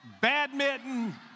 badminton